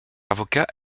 avocat